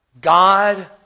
God